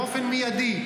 באופן מיידי.